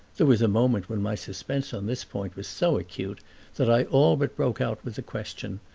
there was a moment when my suspense on this point was so acute that i all but broke out with the question,